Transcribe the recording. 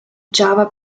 java